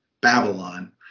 Babylon